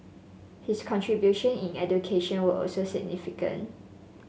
his contribution in education were also significant